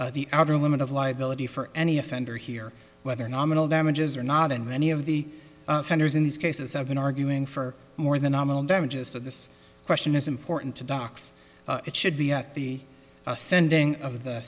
the outer limit of liability for any offender here whether nominal damages or not and many of the offenders in these cases have been arguing for more than nominal damages so this question is important to docs it should be at the sending of the